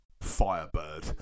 Firebird